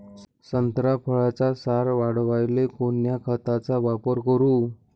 संत्रा फळाचा सार वाढवायले कोन्या खताचा वापर करू?